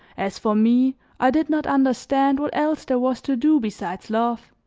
as for me i did not understand what else there was to do besides love,